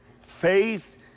Faith